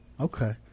Okay